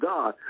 God